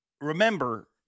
remember